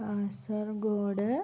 Kasaragod